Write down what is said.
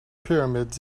pyramids